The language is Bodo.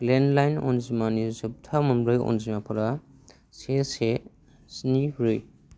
लेन्डलाइन अनजिमानि जोबथा मोनब्रै अनजिमाफोरा से से स्नि ब्रै